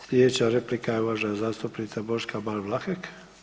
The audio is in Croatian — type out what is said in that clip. Sljedeća replika je uvažena zastupnica Boška Ban Vlahek.